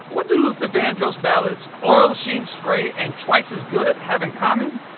what do luther vandross' ballads, oil sheen spray and twice as good have in common?